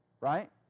right